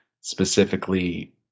specifically